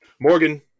Morgan